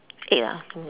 eight ah